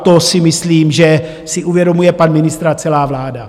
To si myslím, že si uvědomuje pan ministr a celá vláda.